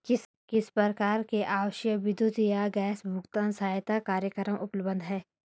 किस प्रकार के आवासीय विद्युत या गैस भुगतान सहायता कार्यक्रम उपलब्ध हैं?